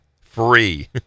Free